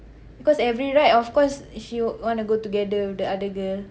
because every ride of course she would wanna go together with the other girl